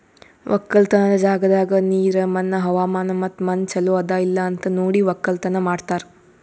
ಒಕ್ಕಲತನದ್ ಜಾಗದಾಗ್ ನೀರ, ಮಣ್ಣ, ಹವಾಮಾನ ಮತ್ತ ಮಣ್ಣ ಚಲೋ ಅದಾ ಇಲ್ಲಾ ಅಂತ್ ನೋಡಿ ಒಕ್ಕಲತನ ಮಾಡ್ತಾರ್